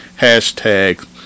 hashtag